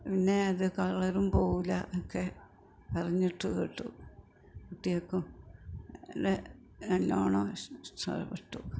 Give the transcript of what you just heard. പിന്നെ അത് കളറും പോകില്ല ഒക്കെ പറഞ്ഞിട്ട് കേട്ടു കുട്ടികൾക്കും എല്ലാം നല്ലവണ്ണം ഇഷ്ടപ്പെട്ടു